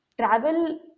travel